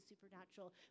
supernatural